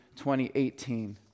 2018